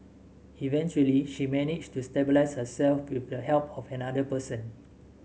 eventually she managed to stabilise herself with the help of another person